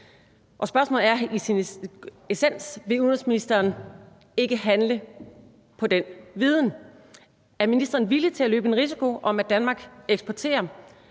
og spørgsmålet er i sin essens: Vil udenrigsministeren ikke handle på den viden? Er ministeren villig til at løbe en risiko for, at Danmark med